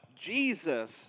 Jesus